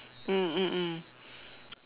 mm mm mm